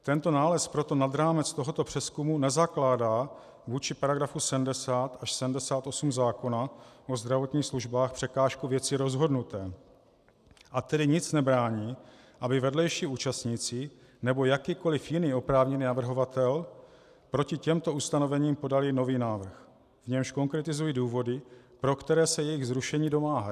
Tento nález proto nad rámec tohoto přezkumu nezakládá vůči § 70 až 78 zákona o zdravotních službách překážku věci rozhodnuté, a tedy nic nebrání, aby vedlejší účastníci nebo jakýkoliv jiný oprávněný navrhovatel proti těmto ustanovením podali nový návrh, v němž konkretizují důvody, pro které se jejich zrušení domáhají.